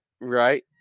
right